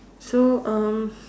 so uh